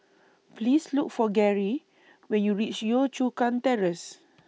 Please Look For Gerry when YOU REACH Yio Chu Kang Terrace